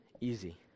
easy